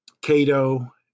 Cato